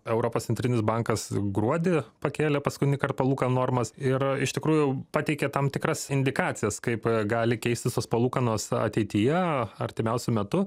europos centrinis bankas gruodį pakėlė paskutinįkart palūkanų normas ir iš tikrųjų pateikė tam tikras indikacijas kaip gali keistis tos palūkanos ateityje artimiausiu metu